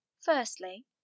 Firstly